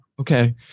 Okay